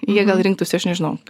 jie gal rinktųsi aš nežinau